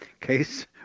Case